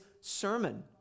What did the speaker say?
sermon